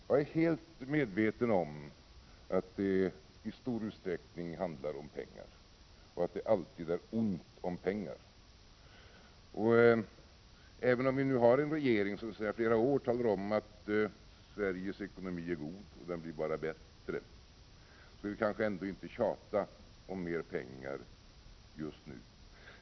Jag är helt medveten om att det i stor utsträckning handlar om pengar och att det alltid är ont om pengar. Även om vi nu har en regering som sedan flera år talar om att Sveriges ekonomi är god, och den blir bara bättre, skall vi kanske ändå inte tjata om mer pengar just nu.